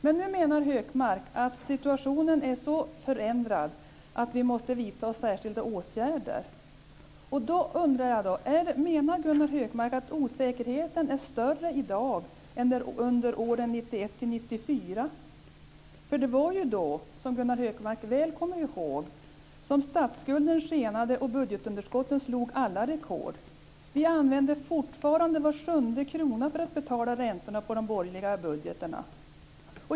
Men nu menar Gunnar Hökmark att situationen är så förändrad att vi måste vidta särskilda åtgärder. Då undrar jag: Menar Gunnar Hökmark att osäkerheten är större i dag än under åren 1991-1994? Det var ju då, som Gunnar Hökmark väl kommer ihåg, som statsskulden skenade och budgetunderskotten slog alla rekord. Vi använder fortfarande var sjunde krona för att betala räntorna på de borgerliga budgetarna.